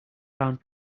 round